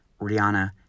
Rihanna